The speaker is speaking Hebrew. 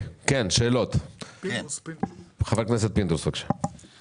חבר הכנסת פינדרוס, בבקשה.